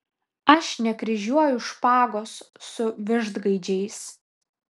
aš nekryžiuoju špagos su vištgaidžiais